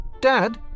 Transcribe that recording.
Dad